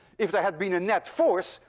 if there had been a net force,